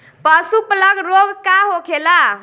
पशु प्लग रोग का होखेला?